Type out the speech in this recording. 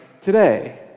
today